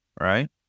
Right